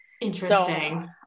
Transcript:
Interesting